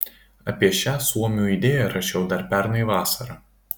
apie šią suomių idėją rašiau dar pernai vasarą